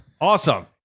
Awesome